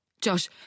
Josh